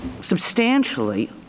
substantially